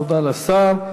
תודה לשר.